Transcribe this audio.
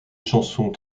chansons